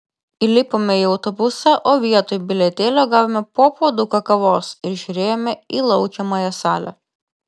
įlipome į autobusą o vietoj bilietėlio gavome po puoduką kavos ir žiūrėjome į laukiamąją salę